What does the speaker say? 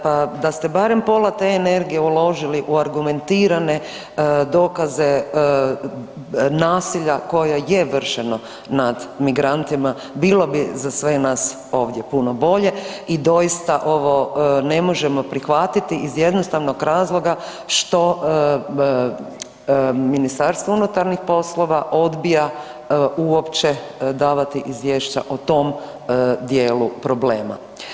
Pa da ste barem pola te energije uložili u argumentirane dokaze nasilja koje je vršeno nad migrantima bilo bi za sve nas ovdje puno bolje i doista ovo ne možemo prihvatiti iz jednostavnog razloga što Ministarstvo unutarnjih poslova odbija uopće davati izvješća o tom dijelu problema.